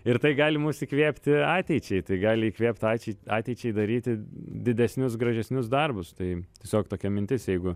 ir tai gali mus įkvėpti ateičiai tai gali įkvėpt ačei ateičiai daryti didesnius gražesnius darbus tai tiesiog tokia mintis jeigu